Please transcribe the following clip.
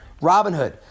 Robinhood